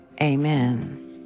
Amen